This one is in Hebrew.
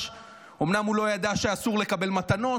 אומנם הוא לא ידע שאסור לקבל מתנות,